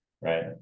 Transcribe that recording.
Right